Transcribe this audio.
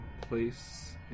place